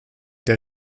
der